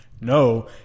no